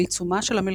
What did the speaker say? בעיצומה של המלחמה.